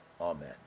Amen